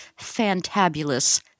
fantabulous